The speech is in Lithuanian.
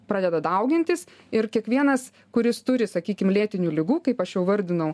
pradeda daugintis ir kiekvienas kuris turi sakykim lėtinių ligų kaip aš jau vardinau